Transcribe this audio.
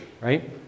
right